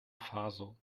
faso